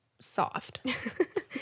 soft